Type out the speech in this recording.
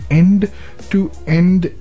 end-to-end